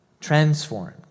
transformed